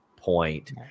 point